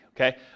okay